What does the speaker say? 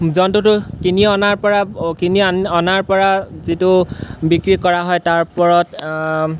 জন্তুটো কিনি অনাৰপৰা কিনি আনি অনাৰপৰা যিটো বিক্ৰী কৰা হয় তাৰ ওপৰত